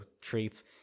treats